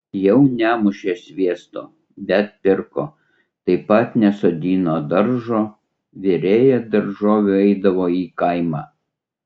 jau nemušė sviesto bet pirko taip pat nesodino daržo virėja daržovių eidavo į kaimą